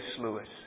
Lewis